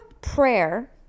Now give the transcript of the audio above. prayer